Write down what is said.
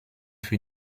für